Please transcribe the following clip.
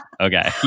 okay